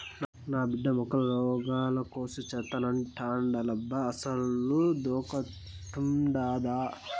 నా బిడ్డ మొక్కల రోగాల కోర్సు సేత్తానంటాండేలబ్బా అసలదొకటుండాదా